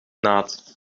naad